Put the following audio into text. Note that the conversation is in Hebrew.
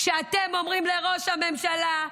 כשאתם אומרים לראש הממשלה,